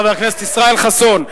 חבר הכנסת ישראל חסון.